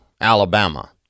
Alabama